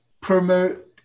promote